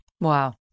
Wow